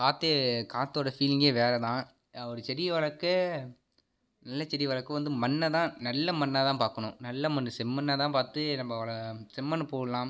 காற்றே காற்றோட ஃபீலிங்கே வேற தான் ஒரு செடியை வளர்க்க நல்ல செடியை வளர்க்க வந்து மண்ணை தான் நல்ல மண்ணை தான் பார்க்கணும் நல்ல மண் செம்மண்ணா தான் பார்த்து நம்ம செம்மண் போடலாம்